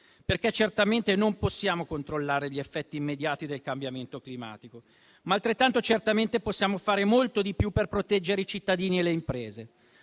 perché certamente non possiamo controllare gli effetti immediati del cambiamento climatico, ma altrettanto certamente possiamo fare molto di più per proteggere i cittadini e le imprese.